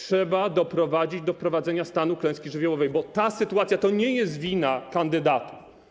Trzeba doprowadzić do wprowadzenia stanu klęski żywiołowej, bo ta sytuacja to nie jest wina kandydatów.